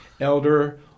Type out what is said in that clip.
Elder